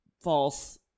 false